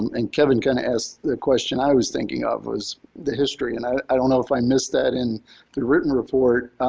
um and kevin, can i ask the question i was thinking of was the history and i i don't know if i missed that in the written report.